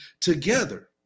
together